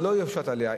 לא יושת עליה.